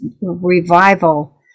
revival